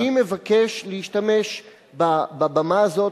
אני מבקש להשתמש בבמה הזאת,